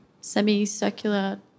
semi-circular